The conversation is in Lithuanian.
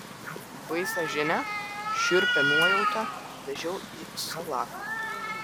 baisią žinią šiurpią nuojautą vežiau į salaką